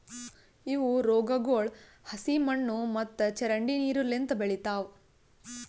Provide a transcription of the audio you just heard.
ಇವು ರೋಗಗೊಳ್ ಹಸಿ ಮಣ್ಣು ಮತ್ತ ಚರಂಡಿ ನೀರು ಲಿಂತ್ ಬೆಳಿತಾವ್